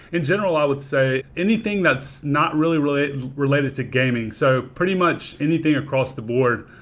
in general, i would say, anything that's not really really related to gaming. so pretty much anything across the board,